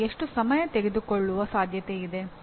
ಮತ್ತು ಎಷ್ಟು ಸಮಯ ತೆಗೆದುಕೊಳ್ಳುವ ಸಾಧ್ಯತೆಯಿದೆ